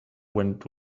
went